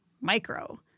micro